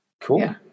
cool